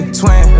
twin